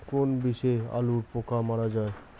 কোন বিষে আলুর পোকা মারা যায়?